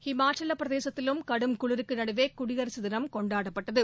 ஹிமாச்சலப்பிரதேசத்திலும் குளிருக்கு நடுவே குடியரசு தினம் கொண்டாடப்பட்டது